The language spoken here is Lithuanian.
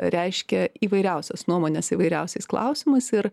reiškia įvairiausias nuomones įvairiausiais klausimais ir